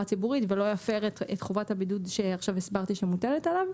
ציבורית ולא יפר את חובת הבידוד שעכשיו הסברתי שמוטלת עליו.